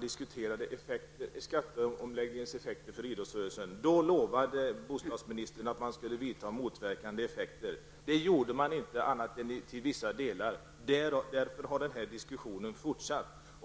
diskussioner 1990 om skatteomläggningens effekter för idrottsrörelsen. Då lovade bostadsministern att motverkande effekter skulle vidtas. Det gjordes inte, annat än till vissa delar. Därför har denna diskussion fortsatt.